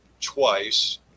twice